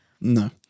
No